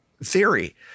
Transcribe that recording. theory